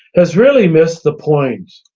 has really missed the point.